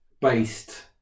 based